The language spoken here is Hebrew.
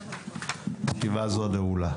הישיבה נעולה.